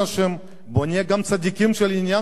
בוא ונהיה גם צדיקים בעניין הכורדים,